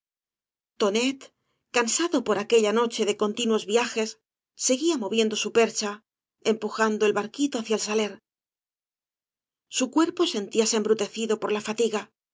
cansado por aquella noche de continuos viajes seguía moviendo su percha empujando el barquito hacia el saler su cuerpo sentíase embrutecido por la fatiga